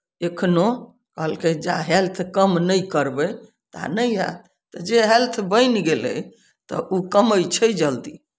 एखनहु कहलकै जा हेल्थ कम नहि करबै ता नहि हएत तऽ जे हेल्थ बनि गेलै तऽ ओ कमै छै जल्दी